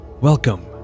Welcome